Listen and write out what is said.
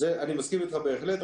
אני מסכים איתך בהחלט.